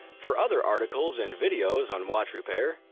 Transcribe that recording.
for other articles and videos on watch repair,